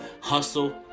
hustle